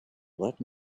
let